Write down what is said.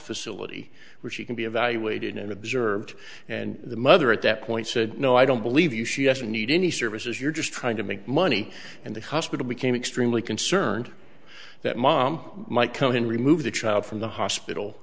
facility where she can be evaluated and observed and the mother at that point said no i don't believe you she doesn't need any services you're just trying to make money and the hospital became extremely concerned that mom might come in remove the child from the hospital